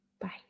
Bye